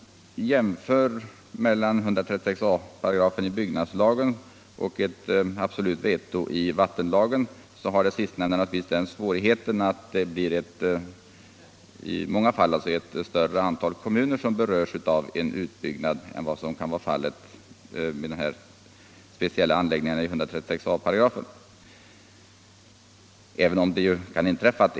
Svårigheten med ett absolut veto i vattenlagen är att i många fall ett stort antal kommuner berörs av en utbyggnad — större än vad som är fallet med de speciella anläggningarna enligt 136 a§.